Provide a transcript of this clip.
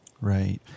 Right